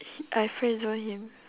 he I friend zone him